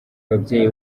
ababyeyi